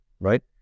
right